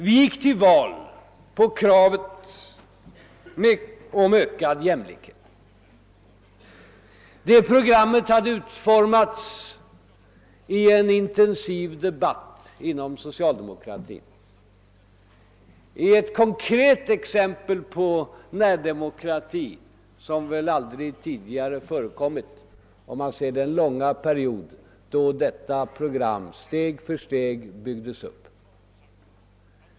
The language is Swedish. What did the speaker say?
Vi gick till val på kravet på ökad jämlikhet. Det programmet hade utformats under en intensiv debatt inom socialdemokratin. Det är ett konkret exempel på närdemokrati som väl aldrig tidigare förekommit, om man ser den långa period då detta program steg för steg byggdes upp.